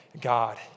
God